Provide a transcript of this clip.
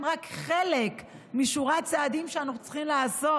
רק חלק משורת צעדים שאנחנו צריכים לעשות,